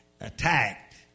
attacked